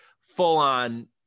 full-on